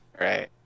right